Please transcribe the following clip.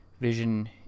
vision